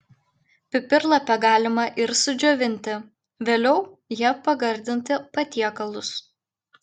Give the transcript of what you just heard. pipirlapę galima ir sudžiovinti vėliau ja pagardinti patiekalus